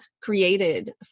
created